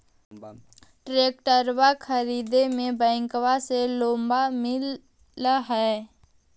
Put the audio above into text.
ट्रैक्टरबा खरीदे मे बैंकबा से लोंबा मिल है?